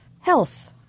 health